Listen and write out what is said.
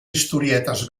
historietes